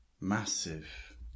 massive